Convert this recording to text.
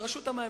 לרשות המים,